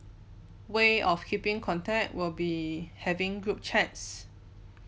way of keeping contact will be having group chats